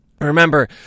Remember